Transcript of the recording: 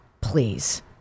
Please